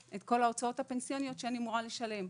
את כל ההוצאות הפנסיוניות שאני אמורה לשלם.